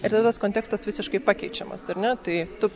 ir tada tas kontekstas visiškai pakeičiamas ar ne tai tu